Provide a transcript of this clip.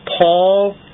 Paul